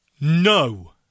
No